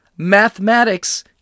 Mathematics